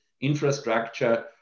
infrastructure